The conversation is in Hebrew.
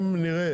אם נראה,